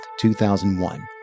2001